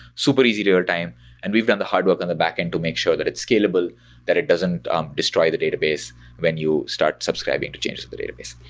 super easy to real-time, and we've done the hard work on the backend to make sure that it's scalable that it doesn't um destroy the database when you start subscribing to change with the database.